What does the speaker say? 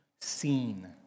seen